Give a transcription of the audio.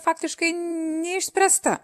faktiškai neišspręsta